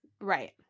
right